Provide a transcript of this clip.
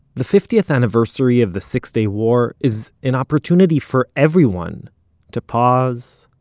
the fiftieth anniversary of the six-day war is an opportunity for everyone to pause,